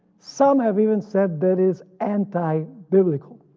some have even said that is anti biblical.